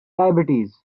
diabetes